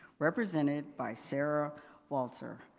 represented by sara walter.